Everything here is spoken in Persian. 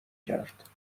کرد